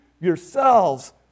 yourselves